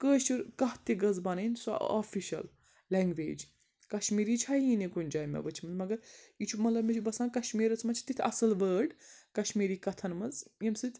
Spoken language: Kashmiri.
کٲشُر کَتھ تہِ گٔژھ بَنٕنۍ سۄ آفِشَل لٮ۪نٛگویج کَشمیٖری چھَ یی نہٕ کُنہِ جایہِ مےٚ وٕچھمٕژ مگر یہِ چھُ مطلب مےٚ چھُ باسان کَشمیٖرَس منٛز چھِ تِتھۍ اَصٕل وٲڑ کَشمیٖری کَتھَن منٛز ییٚمہِ سۭتۍ